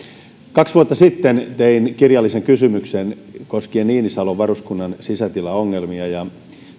kaksi vuotta sitten tein kirjallisen kysymyksen koskien niinisalon varuskunnan sisätilaongelmia ja